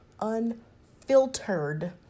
unfiltered